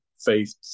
Faith